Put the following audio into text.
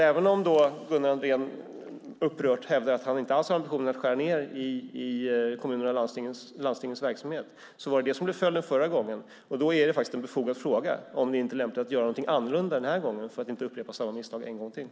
Även om Gunnar Andrén upprört hävdar att han inte alls har ambitionen att skära ned i kommunernas och landstingens verksamhet blev det följden förra gången. Då är det faktiskt en befogad fråga, om det inte är lämpligt att göra någonting annorlunda den här gången för att inte göra samma misstag en gång till.